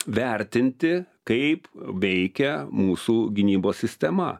vertinti kaip veikia mūsų gynybos sistema